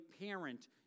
parent